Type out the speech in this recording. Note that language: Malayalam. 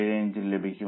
875 ലഭിക്കും